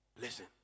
Listen